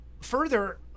further